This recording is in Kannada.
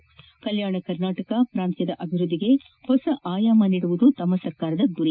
ಕಲ್ಕಾಣ ಕರ್ನಾಟಕ ಪ್ರಾಂತ್ನದ ಅಭಿವೃದ್ಧಿಗೆ ಹೊಸ ಆಯಾಮ ನೀಡುವುದು ತಮ್ಮ ಸರ್ಕಾರದ ಗುರಿ